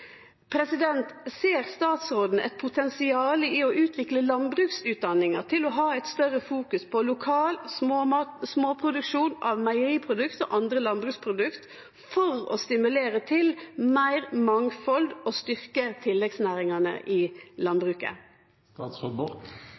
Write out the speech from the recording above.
Ser statsråden eit potensial i å utvikle landbruksutdanninga til å fokusere meir på lokal småproduksjon av meieriprodukt og andre landbruksprodukt for å stimulere til meir mangfald og styrkje tilleggsnæringane i